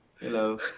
Hello